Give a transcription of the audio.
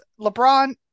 LeBron